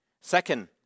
Second